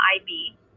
IB